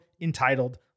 entitled